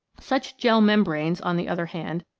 such gel-mem branes, on the other hand,